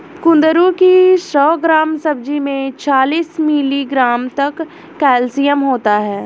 कुंदरू की सौ ग्राम सब्जी में चालीस मिलीग्राम तक कैल्शियम होता है